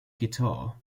guitar